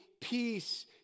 peace